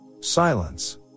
Silence